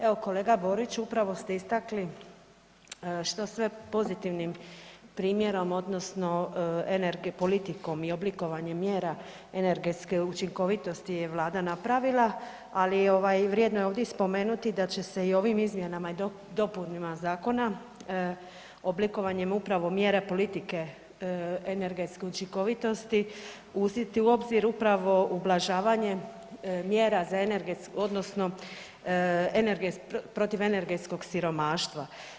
Evo kolega Boriću upravo ste istakli što sve pozitivnim primjerom odnosno politikom i oblikovanjem mjera energetske učinkovitosti je vlada napravila, ali ovaj vrijedno je ovdje i spomenuti da će se i ovim izmjenama i dopunama zakona, oblikovanjem upravo mjera politike energetske učinkovitosti uzeti u obzir upravo ublažavanje mjera za energetsku odnosno protiv energetskog siromaštva.